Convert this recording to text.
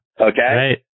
Okay